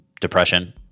depression